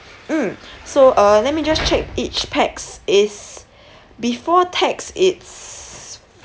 hmm so uh let me just check each pax it's before tax it's